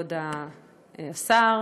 כבוד השר,